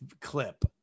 clip